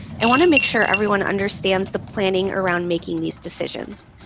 i want to make sure everyone understands the planning around making these decisions.